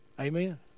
Amen